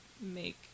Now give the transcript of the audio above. make